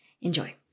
Enjoy